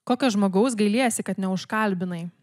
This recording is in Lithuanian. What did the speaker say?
kokio žmogaus gailiesi kad ne už kalbinai